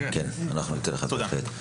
כן, אנחנו ניתן לך, בהחלט.